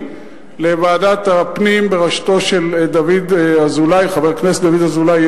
לוועדת הפנים בראשותו של חבר הכנסת דוד אזולאי,